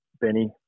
Benny